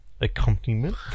accompaniment